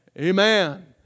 Amen